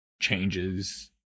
changes